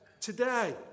today